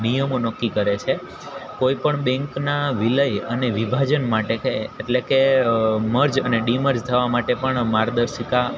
નિયમો નક્કી કરે છે કોઈપણ બેન્કના વિલય અને વિભાજન માટે કે એટલે કે મર્જ અને ડિમર્જ થવા માટે પણ માર્ગદર્શિકા